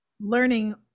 learning